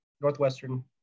Northwestern